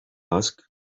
asked